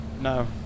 no